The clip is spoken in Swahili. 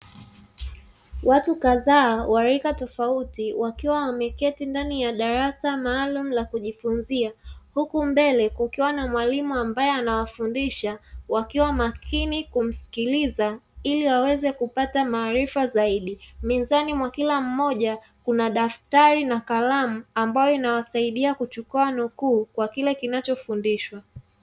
Watu kadhaa wa rika tofauti wakiwa wameketi ndani ya darasa maalum la kujifunzia, huku mbele kukiwa na mwalimu ambae anawafundisha wakiwa makini kumsikiliza iliwaweze kupata maarifa zaidi, mezani mwa kila mmoja kuna daftari na kalamu ambayo inawasidia kuchukua nukuu kwa kile kinachofundishwa.